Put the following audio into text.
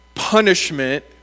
Punishment